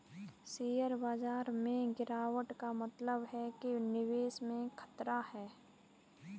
share बाजार में गिराबट का मतलब है कि निवेश में खतरा है